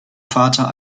vater